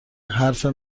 حرفه